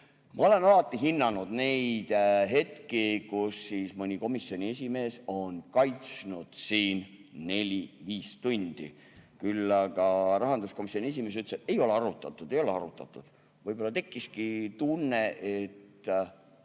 Ma olen alati hinnanud neid hetki, kui mõni komisjoni esimees on kaitsnud siin [eelnõu] neli-viis tundi. Küll aga rahanduskomisjoni esimees ütles, et ei ole arutatud, ei ole arutatud. Võib-olla tekkis tunne, et